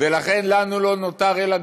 אינו נוכח אראל מרגלית, אינו נוכח איילת